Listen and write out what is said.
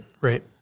right